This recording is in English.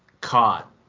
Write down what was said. caught